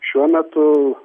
šiuo metu